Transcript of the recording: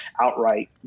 outright